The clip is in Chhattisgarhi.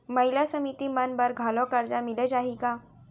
महिला समिति मन बर घलो करजा मिले जाही का?